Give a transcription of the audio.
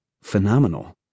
phenomenal